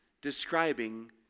describing